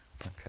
okay